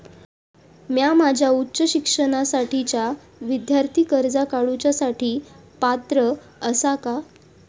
म्या माझ्या उच्च शिक्षणासाठीच्या विद्यार्थी कर्जा काडुच्या साठी पात्र आसा का?